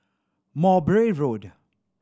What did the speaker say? Mowbray Road